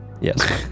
yes